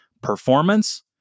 performance